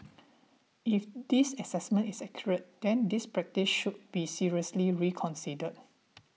if this assessment is accurate then this practice should be seriously reconsidered